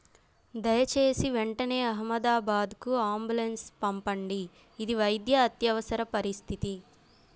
దయచేసి వెంటనే అహ్మదాబాద్కు అంబులెన్స్ పంపండి ఇది వైద్య అత్యవసర పరిస్థితి